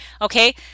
okay